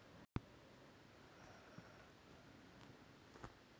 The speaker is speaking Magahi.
सागर के जल के भी सतही जल स्वीकारल जा हई